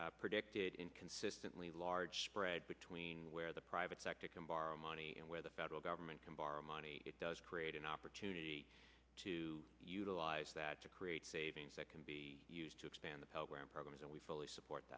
a predicted in consistently large spread between where the private sector can borrow money and where the federal government can borrow money it does create an opportunity to utilize that to create savings that can be used to expand the pell grant programs and we fully support